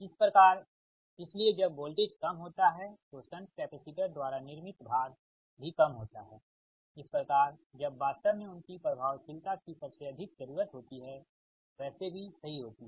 इस प्रकार इसीलिए जब वोल्टेज कम होता है तो शंट कैपेसिटर द्वारा निर्मित VARs भी कम होता है इस प्रकार जब वास्तव में उनकी प्रभावशीलता की सबसे अधिक जरूरत होती है वैसे भी सही होती है